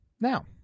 Now